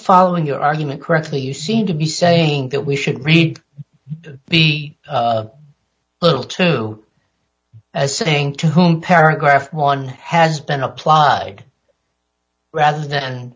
following your argument correctly you seem to be saying that we should read the two as saying two home paragraphs one has been applied rather than